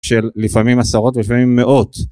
של לפעמים עשרות ולפעמים מאות